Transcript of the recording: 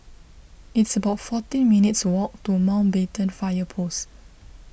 it's about fourteen minutes' walk to Mountbatten Fire Post